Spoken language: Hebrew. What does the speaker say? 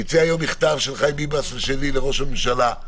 יצא היום מכתב של חיים ביבס ושלי לראש הממשלה,